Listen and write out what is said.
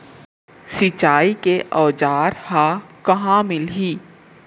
सिंचाई के औज़ार हा कहाँ मिलही?